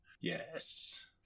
Yes